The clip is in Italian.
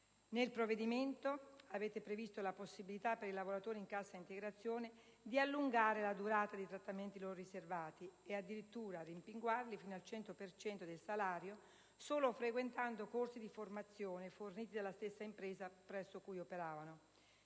Nel provvedimento, avete previsto la possibilità per i lavoratori in cassa integrazione di allungare la durata dei trattamenti loro riservati e addirittura rimpinguarli fino al 100 per cento del salario solo frequentando corsi di formazione forniti dalla stessa impresa presso cui operavano.